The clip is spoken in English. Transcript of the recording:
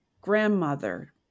grandmother